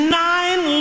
nine